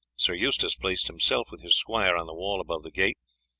sir eustace placed himself with his squire on the wall above the gate,